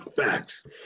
Facts